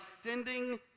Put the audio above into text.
sending